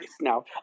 Now